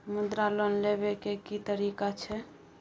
मुद्रा लोन लेबै के की तरीका छै?